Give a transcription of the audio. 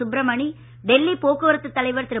சுப்ரமணி டெல்லி போக்குவரத்து தலைவர் திரு